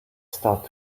start